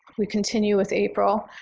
we continue with april,